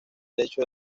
lecho